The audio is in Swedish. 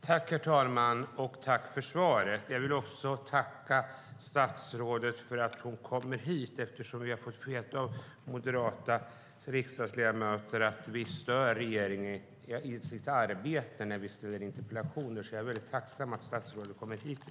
Herr talman! Jag tackar för svaret. Jag vill även tacka statsrådet för att hon kommer hit eftersom vi från ett flertal moderata riksdagsledamöter har fått höra att vi stör regeringen i dess arbete när vi ställer interpellationer. Jag är därför mycket tacksam för att statsrådet kommer hit.